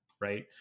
right